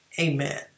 amen